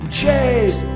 chase